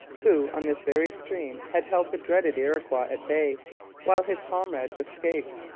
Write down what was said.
who, on this very stream, had held the dreaded iroquois at bay while his comrades escaped.